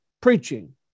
preaching